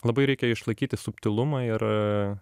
labai reikia išlaikyti subtilumą ir